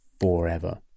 forever